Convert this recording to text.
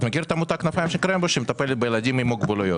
אתה מכיר את עמותת כנפיים של קרמבו שמטפלת בילדים עם מוגבלויות?